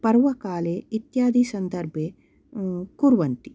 पर्वकाले इत्यादि सन्दर्भे कुर्वन्ति